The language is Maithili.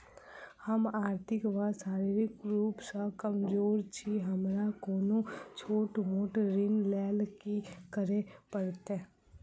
हम आर्थिक व शारीरिक रूप सँ कमजोर छी हमरा कोनों छोट मोट ऋण लैल की करै पड़तै?